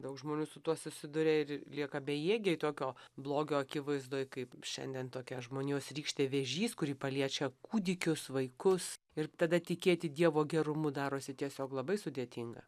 daug žmonių su tuo susiduria ir lieka bejėgiai tokio blogio akivaizdoj kaip šiandien tokia žmonijos rykštė vėžys kuri paliečia kūdikius vaikus ir tada tikėti dievo gerumu darosi tiesiog labai sudėtinga